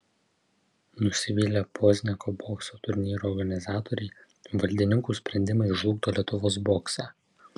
nusivylę pozniako bokso turnyro organizatoriai valdininkų sprendimai žlugdo lietuvos boksą